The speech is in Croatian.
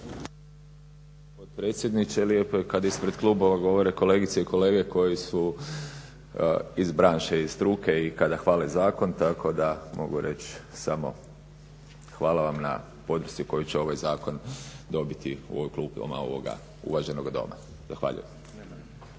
potpredsjedniče. Lijepo je kada ispred klubova govore kolegice i kolege koji su iz branše iz struke i kada hvale zakon tako da mogu reći hvala vam na podršci koju će ovaj zakon dobiti u klupama ovog uvaženog Doma. Zahvaljujem.